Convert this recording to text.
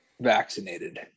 vaccinated